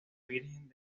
virgen